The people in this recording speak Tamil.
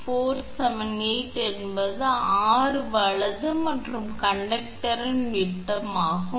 479 என்ற R வலது மற்றும் கண்டக்டரின் விட்டம் ஆகும்